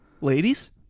ladies